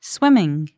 Swimming